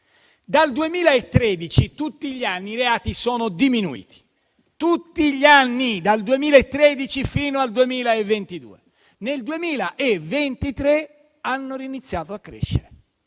Dal 2013 tutti gli anni i reati sono diminuiti. E ripeto: tutti gli anni dal 2013 fino al 2022. Nel 2023 hanno ricominciato a crescere.